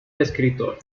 escritor